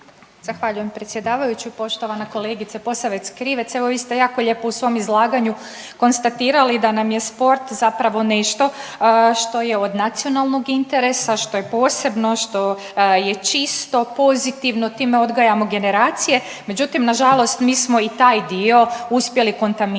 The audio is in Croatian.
Zahvaljujem predsjedavajući. Poštovana kolegice Posavec Krivec, evo vi ste jako lijepo u svom izlaganju konstatirali da nam je sport zapravo nešto što je od nacionalnog interesa, što je posebno, što je čisto, pozitivno, time odgajamo generacije, međutim nažalost mi smo i taj dio uspjeli kontaminirati